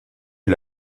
est